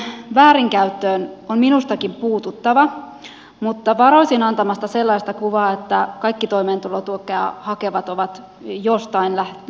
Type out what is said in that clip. toimeentulotuen väärinkäyttöön on minustakin puututtava mutta varoisin antamasta sellaista kuvaa että kaikki toimeentulotukea hakevat ovat joistain lähtökohdista väärinkäyttäjiä